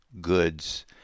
goods